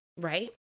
right